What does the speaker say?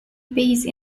base